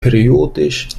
periodisch